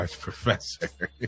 Professor